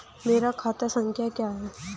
मेरा खाता संख्या क्या है?